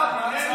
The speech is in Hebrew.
איזה צעד?